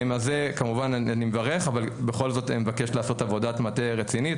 אז כמובן אני מברך אבל בכל זאת אני מבקש לעשות עבודת מטה רצינית.